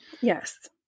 Yes